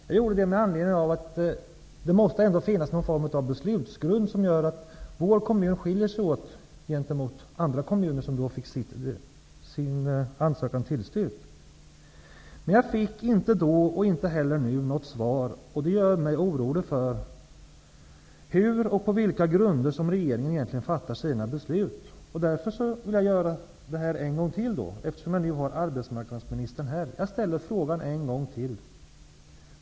Jag gjorde det med anledning av att det måste finnas någon beslutsgrund som gör att vår kommun skiljer sig från kommuner som fick sin ansökan tillstyrkt. Men jag fick inte då och har inte heller nu fått något svar, och det gör mig orolig över hur och på vilka grunder regeringen egentligen fattar sina beslut. Eftersom jag nu har arbetsmarknadsministern här, ställer jag min fråga en gång till.